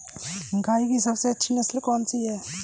गाय की सबसे अच्छी नस्ल कौनसी है?